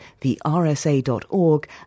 thersa.org